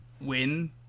win